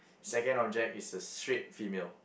second object is a straight female